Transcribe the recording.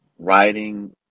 Writing